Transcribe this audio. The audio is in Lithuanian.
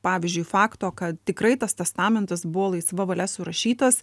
pavyzdžiui fakto kad tikrai tas testamentas buvo laisva valia surašytas